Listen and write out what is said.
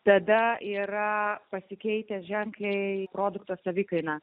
tada yra pasikeitę ženklintojai produkto savikaina